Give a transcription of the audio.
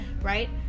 right